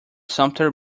sumpter